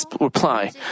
reply